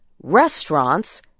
restaurants